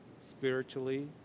spiritually